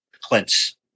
Clint's